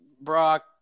Brock